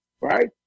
right